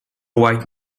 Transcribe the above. white